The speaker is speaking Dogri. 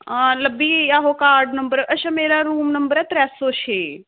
अच्छा अच्छा आ लब्भी कार्ड नंबर अच्छा मेरा रूम नंबर ऐ त्रै सौ छे